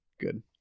Good